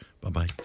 Bye-bye